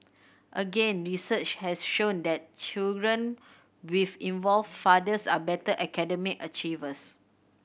again research has shown that children with involved fathers are better academic achievers